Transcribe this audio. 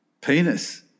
penis